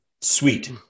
Sweet